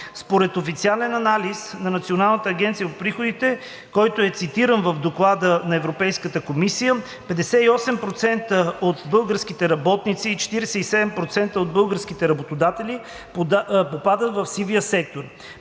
Според официален анализ на НАП, който е цитиран в Доклад на Европейската комисия, 58% от българските работници и 47% от българските работодатели попадат в сивия сектор.